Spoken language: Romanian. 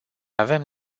avem